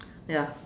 ya